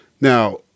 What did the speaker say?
Now